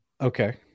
okay